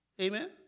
Amen